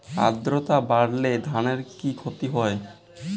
আদ্রর্তা বাড়লে ধানের কি ক্ষতি হয়?